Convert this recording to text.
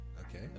Okay